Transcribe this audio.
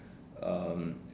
um